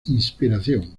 inspiración